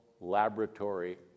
laboratory